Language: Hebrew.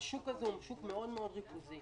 השוק הזה הוא שוק ריכוזי מאוד.